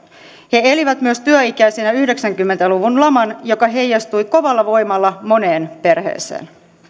he elivät myös työikäisinä yhdeksänkymmentä luvun laman joka heijastui kovalla voimalla moneen perheeseen